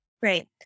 Great